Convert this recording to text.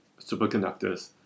superconductors